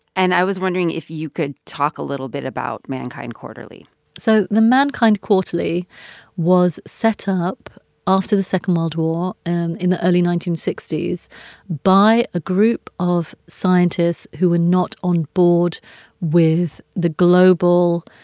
and i was wondering if you could talk a little bit about mankind quarterly so the mankind quarterly was set up after the second world war and in the early nineteen sixty s by a group of scientists who were not on board with the global